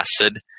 acid